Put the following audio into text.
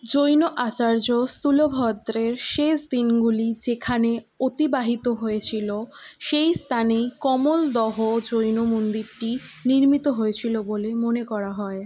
জৈন আচার্য স্থূলভদ্রের শেষ দিনগুলি যেখানে অতিবাহিত হয়েছিল সেই স্থানেই কমলদহ জৈন মন্দিরটি নির্মিত হয়েছিল বলে মনে করা হয়